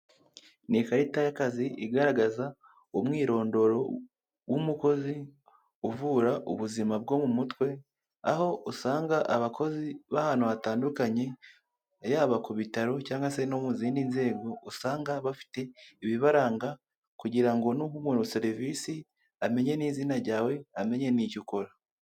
Ni ikarita y'akazi igaragaza umwirondoro w'umukozi uvura ubuzima bwo mu mutwe, aho usanga abakozi b'ahantu hatandukanye yaba ku bitaro cyangwa se no mu zindi nzego usanga bafite ibibaranga kugira ngo nuha umuntu serivisi amenya n'izina ryawe amenye n'icyo ukora.